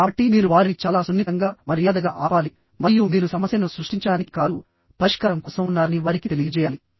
కాబట్టి మీరు వారిని చాలా సున్నితంగా మర్యాదగా ఆపాలి మరియు మీరు సమస్యను సృష్టించడానికి కాదు పరిష్కారం కోసం ఉన్నారని వారికి తెలియజేయాలి